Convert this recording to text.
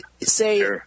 Say